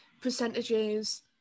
percentages